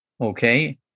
okay